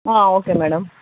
okay madam